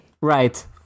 Right